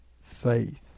faith